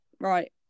Right